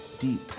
Deep